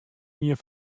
ien